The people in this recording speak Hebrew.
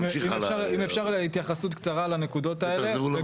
אם אפשר התייחסות קצרה על הנקודות האלה?